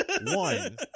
One